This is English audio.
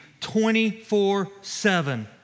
24-7